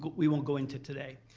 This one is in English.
we won't go into today.